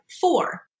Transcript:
four